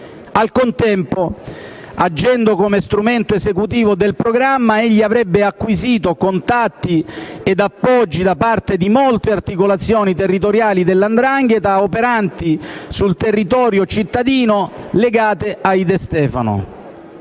Al contempo, agendo come strumento esecutivo del programma, egli avrebbe acquisito contatti ed appoggi da parte di molte articolazioni territoriali della 'ndrangheta operanti sul territorio cittadino, legate ai De Stefano.